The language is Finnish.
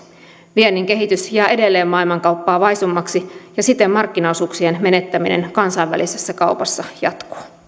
viennin kehitys jää edelleen maailmankauppaa vaisummaksi ja siten markkinaosuuksien menettäminen kansainvälisessä kaupassa jatkuu